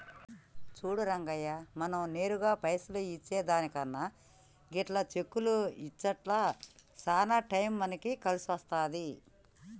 సూడు రంగయ్య మనం నేరుగా పైసలు ఇచ్చే దానికన్నా గిట్ల చెక్కులు ఇచ్చుట్ల సాన టైం మనకి కలిసొస్తాది